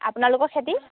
আপোনালোকৰ খেতি